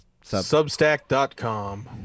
Substack.com